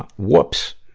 ah whoops